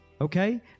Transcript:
Okay